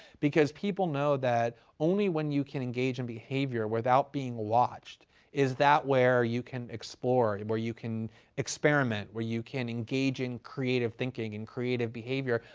because people know that only when you can engage in behavior without being watched is that where you can explore, and where you can experiment, where you can engage in creative thinking, in creative behavior.